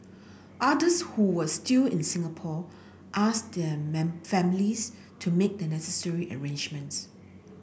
others who were still in Singapore asked their men families to make the necessary arrangements